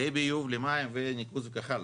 לביוב, למים, ניקוז וכך הלאה.